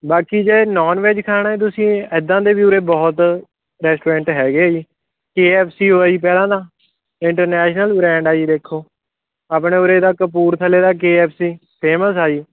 ਬਾਕੀ ਜੇ non veg ਖਾਣਾ ਤੁਸੀਂ ਇੱਦਾਂ ਦੇ ਵੀ ਉਰੇ ਬਹੁਤ ਰੈਸਟੋਰੈਂਟ ਹੈਗੇ ਆ ਜੀ ਕੇ ਐਫ ਸੀ ਹੋ ਗਿਆ ਜੀ ਪਹਿਲਾਂ ਤਾਂ ਇੰਟਰਨੈਸ਼ਨਲ ਬ੍ਰੈਂਡ ਆ ਜੀ ਦੇਖੋ ਆਪਣੇ ਉਰੇ ਤਾਂ ਕਪੂਰਥਲੇ ਦਾ ਕੇ ਐਫ ਸੀ ਫੇਮਸ ਆ ਜੀ